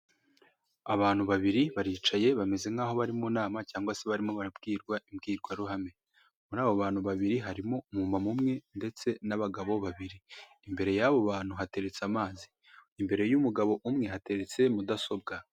Abantu babiri baricaye bameze nk'aho bari mu nama cyangwa se barimo barabwirwa imbwirwaruhame, muri abo bantu babiri harimo umumama umwe ndetse n'abagabo babiri, imbere y'abo bantu hateretse amazi, imbere y'umugabo umwe hateretse mudasobwa.